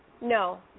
No